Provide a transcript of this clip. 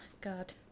God